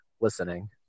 listening